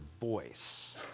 voice